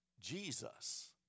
Jesus